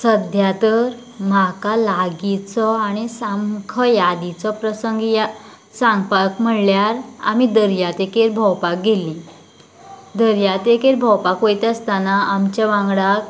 सद्या तर म्हाका लागीचो आनी सामको यादिचो प्रसंग ह्या सांगपाक म्हळ्यार आमी दर्या देगेर भोंवपाक गेल्लीं दर्या देगेर भोंवपाक वयता आसतना आमच्या वांगडाक